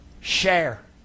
share